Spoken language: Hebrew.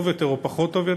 טוב יותר או פחות טוב.